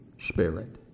spirit